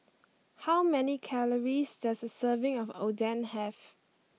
how many calories does a serving of Oden have